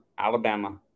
Alabama